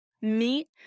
meet